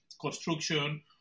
construction